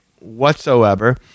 whatsoever